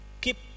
keep